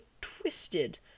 twisted